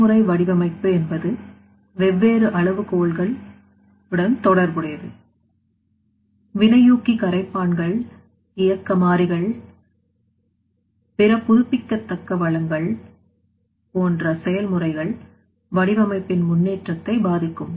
செயல்முறை வடிவமைப்பு என்பது வெவ்வேறு அளவுகோல்கள் உடன் தொடர்புடையது வினையூக்கி கரைப்பான்கள் இயக்க மாறிகள் பிற புதுப்பிக்கத்தக்க வளங்கள் போன்ற செயல்முறைகள் வடிவமைப்பின் முன்னேற்றத்தை பாதிக்கும்